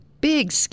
big